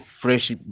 fresh